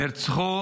נרצחו